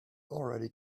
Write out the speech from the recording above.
already